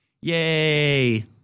Yay